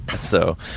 so.